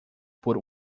por